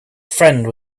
friend